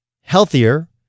Healthier